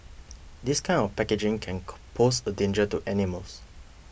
this kind of packaging can call pose a danger to animals